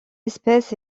espèce